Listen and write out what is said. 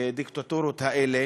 הדיקטטורות האלה.